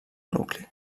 nucli